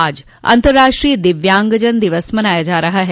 आज अंतर्राष्ट्रीय दिव्यांगजन दिवस मनाया जा रहा है